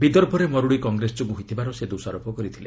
ବିଦର୍ଭରେ ମରୁଡି କଂଗ୍ରେସ ଯୋଗୁଁ ହୋଇଥିବାର ସେ ଦୋଷାରୋପ କରିଥିଲେ